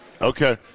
Okay